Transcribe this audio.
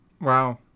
Wow